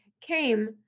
came